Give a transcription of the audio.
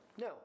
no